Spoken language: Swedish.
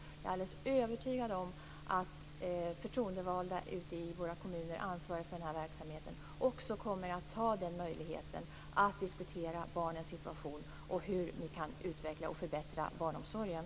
Jag är alldeles övertygad om att de förtroendevalda ute i våra kommuner som är ansvariga för den här verksamheten också kommer att ta denna möjlighet att diskutera barnens situation och hur vi kan utveckla och förbättra barnomsorgen.